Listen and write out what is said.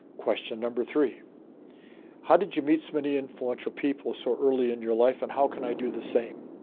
question number three how did you meet so many influential people so early in your life and how can i do the same?